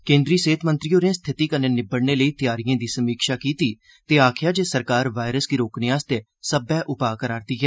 केन्द्रीय सेहत मंत्री होरें स्थिति कन्नै निबड़ने लेई त्यारियें दी समीक्षा कीती ते आक्खेया जे सरकार वायरस गी रोकने लेई सब्बै उपा करा रदी ऐ